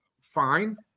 fine